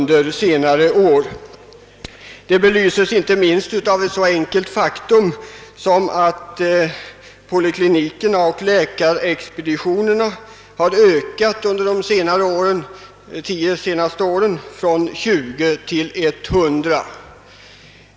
Detta belyses inte minst av ett så enkelt faktum som att antalet polikliniker och läkarexpeditioner på nykterhetsvårdens område har ökat under de tio senaste åren från 20 till 100.